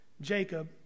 jacob